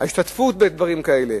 ההשתתפות ודברים כאלה.